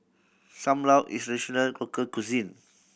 Sam Lau is a traditional local cuisine